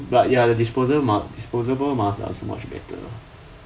but ya the disposable mask the disposable mask are so much better